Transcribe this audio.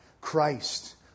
Christ